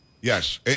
Yes